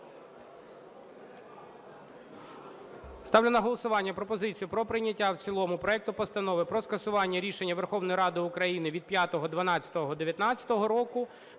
Ставлю на голосування пропозицію про прийняття в цілому проект Постанови про скасування рішення Верховної Ради України від 05.12.2019 року